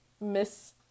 Miss